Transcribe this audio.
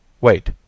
Wait